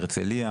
הרצליה,